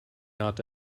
did